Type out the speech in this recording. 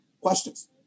questions